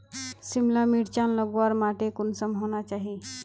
सिमला मिर्चान लगवार माटी कुंसम होना चही?